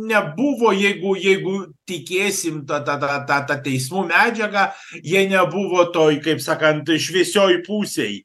nebuvo jeigu jeigu tikėsim ta tatata ta teismų medžiaga jie nebuvo toj kaip sakant šviesioj pusėj